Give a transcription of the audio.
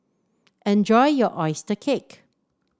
enjoy your oyster cake